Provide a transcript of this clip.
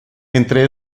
entre